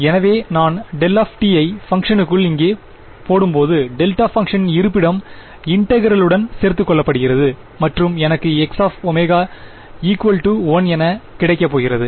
எனவே நான் δ ஐ பங்க்ஷனுக்குள் இங்கே போடும் பொது டெல்டா பங்க்ஷனின் இருப்பிடம் இன்டெகுரலுடன் சேர்த்துக்கொள்ளப்படுகிறது மற்றும் எனக்கு Xω ஈகுவல் டு 1 என கிடைக்கப்போகிறது